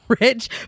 Rich